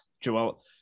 Joel